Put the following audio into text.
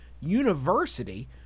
University